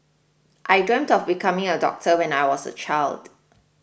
I dreamt of becoming a doctor when I was a child